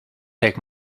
take